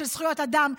של זכויות אדם,